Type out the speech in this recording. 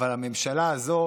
אבל הממשלה הזו